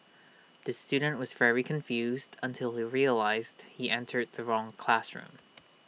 the student was very confused until he realised he entered the wrong classroom